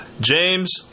James